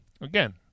again